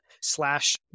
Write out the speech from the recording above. slash